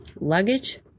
luggage